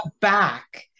back